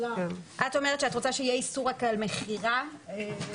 את אומרת שאת רוצה שיהיה איסור רק על מכירה בארץ.